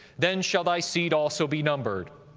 then shall thy seed also be numbered.